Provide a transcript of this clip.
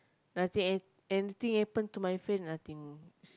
nothing and anything happen to my face nothing